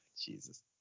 Jesus